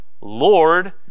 Lord